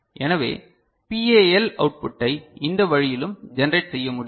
எனவே பிஏஎல் அவுட்புட்டை இந்த வழியிலும் ஜெனரேட் செய்ய முடியும்